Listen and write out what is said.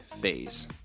phase